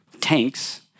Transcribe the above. tanks